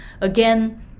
Again